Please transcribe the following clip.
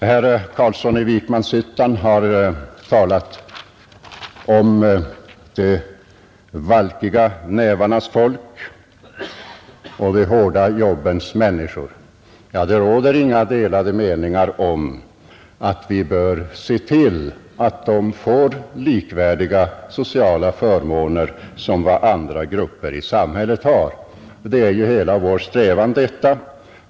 Herr Carlsson i Vikmanshyttan talade om de valkiga nävarnas folk och de hårda jobbens människor. Ja, det råder inga delade meningar om att vi bör se till att de får sociala förmåner som är likvärdiga dem som andra grupper i samhället har. Det är ju hela vår strävan.